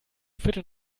viertel